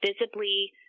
visibly